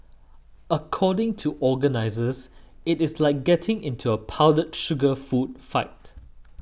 according to organisers it is like getting into a powdered sugar food fight